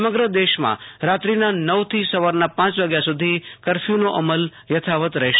સમગ્ર દેશમાં રાત્રિના નવથી સવારના પાંચ વાગ્યા સુધી કર્ફથૂનો અમલ યથાવત રહ્હેશે